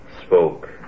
spoke